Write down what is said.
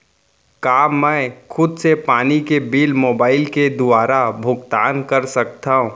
का मैं खुद से पानी के बिल मोबाईल के दुवारा भुगतान कर सकथव?